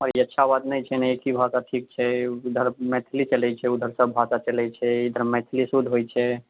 आओर ई अच्छा बात नहि छै ने एक ही भाषा ठीक छै उधर मैथिली चलैत छै उधर सब भाषा चलैत छै इधर मैथिली शुद्ध होइत छै